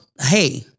hey